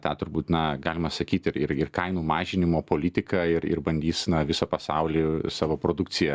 tą turbūt na galima sakyt ir ir irgi kainų mažinimo politiką ir ir bandys na visą pasaulį savo produkciją